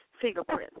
fingerprint